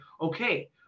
okay